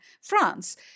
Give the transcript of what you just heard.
France